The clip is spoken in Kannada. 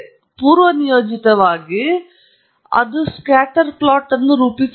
ಮತ್ತು ಪೂರ್ವನಿಯೋಜಿತವಾಗಿ ಇದು ಸ್ಕ್ಯಾಟರ್ ಪ್ಲಾಟ್ ಅನ್ನು ರೂಪಿಸಬಹುದು